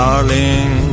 Darling